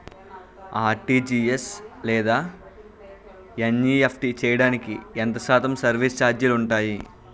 RTGS లేదా NEFT చేయడానికి ఎంత శాతం సర్విస్ ఛార్జీలు ఉంటాయి?